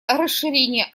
расширения